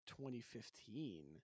2015